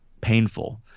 painful